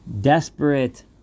desperate